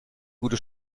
gute